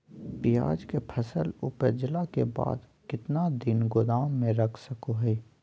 प्याज के फसल उपजला के बाद कितना दिन गोदाम में रख सको हय?